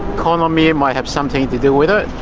economy and might have something to do with it.